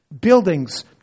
Buildings